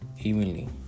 evenly